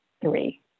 three